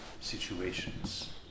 situations